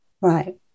Right